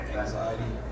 anxiety